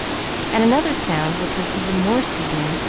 and another sound which was even more soothing.